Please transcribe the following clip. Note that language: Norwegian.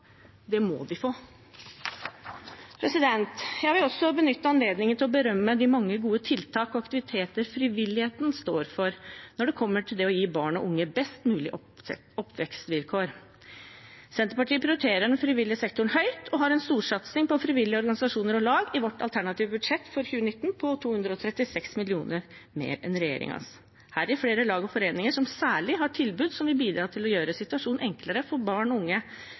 Det må de få. Jeg vil også benytte anledningen til å berømme de mange gode tiltak og aktiviteter frivilligheten står for, når det kommer til det å gi barn og unge best mulig oppvekstvilkår. Senterpartiet prioriterer den frivillige sektoren høyt og har en storsatsning på frivillige organisasjoner og lag i vårt alternative budsjett for 2019 på 236 mill. kr mer enn regjeringen, heri flere lag og foreninger som særlig har tilbud som vil bidra til å gjøre situasjonen enklere for barn og unge